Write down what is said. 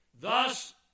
Thus